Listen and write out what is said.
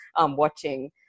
watching